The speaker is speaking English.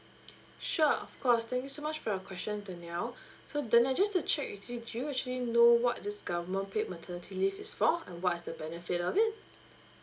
sure of course thank you so much for your question danial so danial just to check with you do you actually know what this government paid maternity leave is for and what is the benefit of it